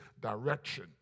direction